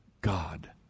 God